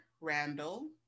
Randall